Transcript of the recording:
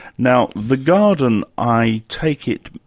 now the garden, i take it,